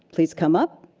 please come up.